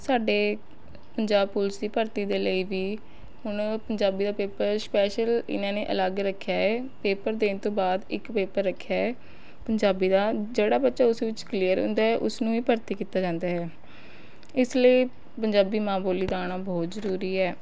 ਸਾਡੇ ਪੰਜਾਬ ਪੁਲਿਸ ਦੀ ਭਰਤੀ ਦੇ ਲਈ ਵੀ ਹੁਣ ਪੰਜਾਬੀ ਦਾ ਪੇਪਰ ਸਪੈਸ਼ਲ ਇਹਨਾਂ ਨੇ ਅਲੱਗ ਰੱਖਿਆ ਏ ਪੇਪਰ ਦੇਣ ਤੋਂ ਬਾਅਦ ਇੱਕ ਪੇਪਰ ਰੱਖਿਆ ਏ ਪੰਜਾਬੀ ਦਾ ਜਿਹੜਾ ਬੱਚਾ ਉਸ ਵਿੱਚ ਕਲੀਅਰ ਹੁੰਦਾ ਹੈ ਉਸਨੂੰ ਹੀ ਭਰਤੀ ਕੀਤਾ ਜਾਂਦਾ ਹੈ ਇਸ ਲਈ ਪੰਜਾਬੀ ਮਾਂ ਬੋਲੀ ਦਾ ਆਉਣਾ ਬਹੁਤ ਜ਼ਰੂਰੀ ਹੈ